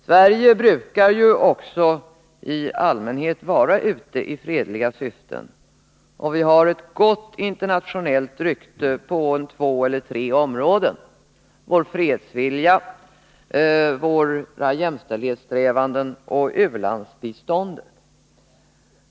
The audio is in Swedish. Sverige brukar också i allmänhet vara ute i fredliga syften, och vi har gott internationellt rykte på två eller tre områden: vår fredsvilja, våra jämställdhetssträvanden och u-landsbiståndet.